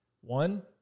One